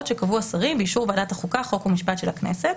שקבעו השרים באישור ועדת החוקה חוק ומשפט של הכנסת.